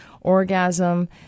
orgasm